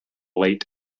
late